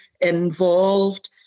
involved